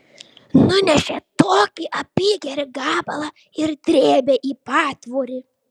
nunešė tokį apygerį gabalą ir drėbė į patvorį